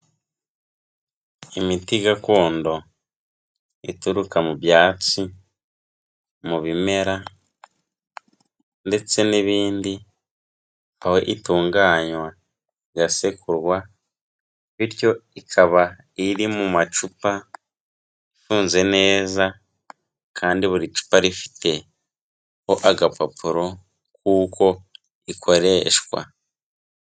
Imiti gakondo ituruka mu byatsi, mu bimera ndetse n'ibindi, aho itunganywa, igasekurwa bityo ikaba iri mu macupa ifunze neza kandi buri cupa rifiteho agapapuro kuko ikoreshwa.